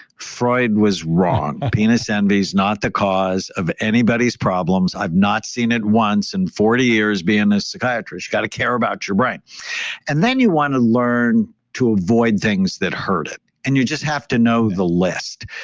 freud was wrong. penis envy is not the cause of anybody's problems. i've not seen it once in forty years being a psychiatrist. got to care about your brain and then, you want to learn to avoid things that hurt it. and you just have to know the list.